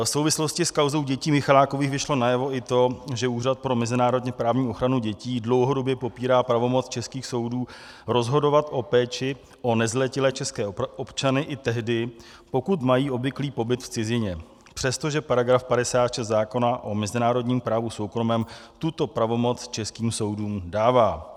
V souvislosti s kauzou dětí Michalákových vyšlo najevo i to, že Úřad pro mezinárodněprávní ochranu dětí dlouhodobě popírá pravomoc českých soudů rozhodovat o péči o nezletilé české občany i tehdy, pokud mají obvyklý pobyt v cizině, přestože § 56 zákona o mezinárodním právu soukromém tuto pravomoc českým soudům dává.